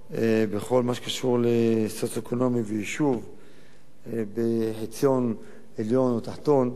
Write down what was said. בכל מה שקשור למצב הסוציו-אקונומי ויישוב בחציון עליון או תחתון,